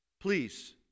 please